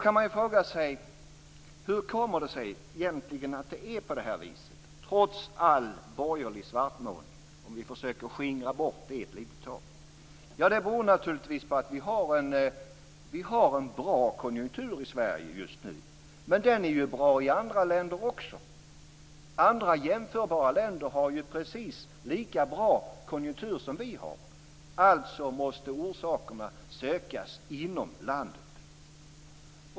Man kan då fråga sig hur det kommer sig att det är på det viset, trots all borgerlig svartmålning - om vi försöker skingra bort det ett litet tag. Det beror naturligtvis på att vi har en bra konjunktur i Sverige just nu. Men den är ju bra också i andra länder. Andra jämförbara länder har precis lika bra konjunktur som vi har. Alltså måste orsakerna sökas inom landet.